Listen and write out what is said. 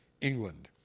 England